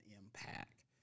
impact